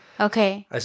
Okay